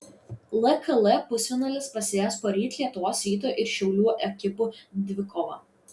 lkl pusfinalis prasidės poryt lietuvos ryto ir šiaulių ekipų dvikova